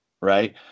right